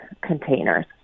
containers